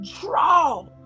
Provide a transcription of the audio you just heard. draw